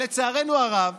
לצערנו הרב